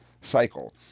cycle